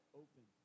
open